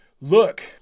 Look